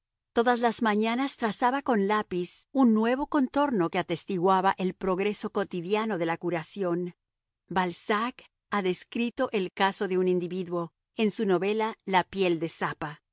todas las mañanas trazaba con lápiz un nuevo contorno que atestiguaba el progreso cotidiano de la curación balzac ha descrito el caso de un individuo en su novela la piel de zapa